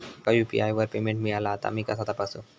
माका यू.पी.आय वर पेमेंट मिळाला हा ता मी कसा तपासू?